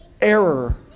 error